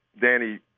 Danny